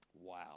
Wow